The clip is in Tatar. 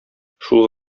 шул